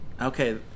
Okay